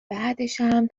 بعدشم